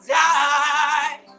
die